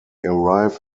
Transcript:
arrive